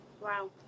Wow